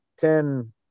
ten